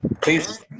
Please